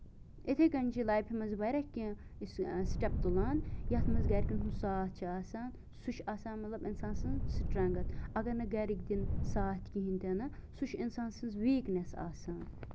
یِتھٕے کٔنۍ چھِ لایفہِ منٛز واریاہ کیٚنٛہہ یُس یہِ سِٹیپ تُلان یَتھ منٛز گرِکیٚن ہُنٛد ساتھ چھُ آسان سُہ چھُ آسان مطلب اِنسان سٕنٛز سٔٹرینٛگٔتھ اَگر مےٚ گرٕکۍ دِنۍ ساتھ کِہیٖنٛۍ تہِ نہٕ سُہ چھُ اِنسان سٕنٛز ویٖکنیس آسان